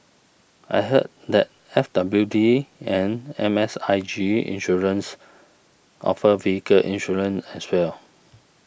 I heard that F W D and M S I G Insurance offer vehicle insurance as well